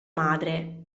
madre